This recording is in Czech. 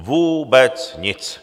Vůbec nic.